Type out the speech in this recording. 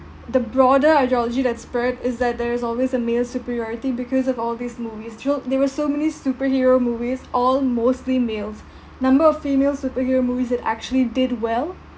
the broader ideology that spurred is that there is always a male superiority because of all these movies thrilled there were so many superhero movies all mostly males number of female superhero movies that actually did well